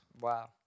Wow